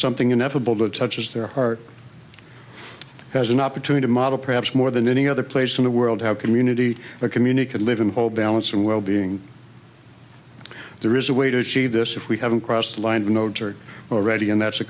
something ineffable to touch as their heart has an opportunity to model perhaps more than any other place in the world how community a community could live in whole balance and wellbeing there is a way to achieve this if we haven't crossed the line of no church already and that's a